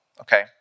okay